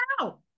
out